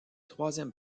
troisième